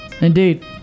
Indeed